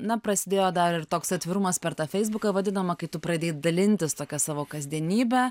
na prasidėjo dar ir toks atvirumas per tą feisbuką vadinamą kai tu pradėjai dalintis tokia savo kasdienybe